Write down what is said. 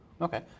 Okay